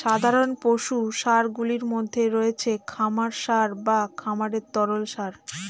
সাধারণ পশু সারগুলির মধ্যে রয়েছে খামার সার বা খামারের তরল সার